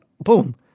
boom